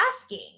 asking